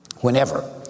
Whenever